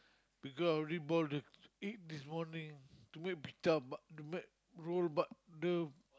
because I already boil the egg this morning to make pita but to make roll but the